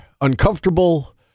uncomfortable